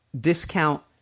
discount